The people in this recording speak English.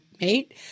mate